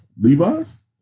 Levi's